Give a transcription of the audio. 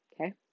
okay